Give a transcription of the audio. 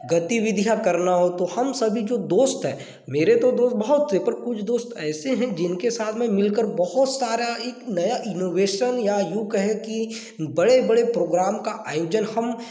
गतिविधियाँ करना हो तो हम सभी जो दोस्त हैं मेरे तो दोस्त बहुत हैं पर कुछ दोस्त ऐसे हैं जिनके सामने मिलकर बहुत सारा एक नया इनोवेशन या यूँ कहें कि बड़े बड़े प्रोग्राम का आयोजन हम